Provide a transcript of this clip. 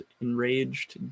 enraged